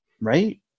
right